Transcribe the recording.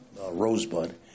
Rosebud